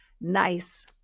nice